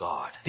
God